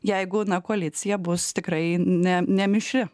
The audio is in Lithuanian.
jeigu koalicija bus tikrai ne nemišri